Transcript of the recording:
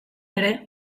ere